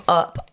up